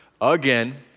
again